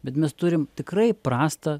bet mes turim tikrai prastą